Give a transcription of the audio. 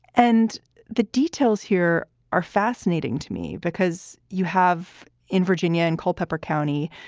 and the details here are fascinating to me, because you have in virginia, in culpeper county,